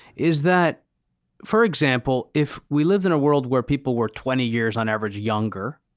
is that for example, if we lived in a world where people were twenty years on average younger,